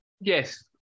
Yes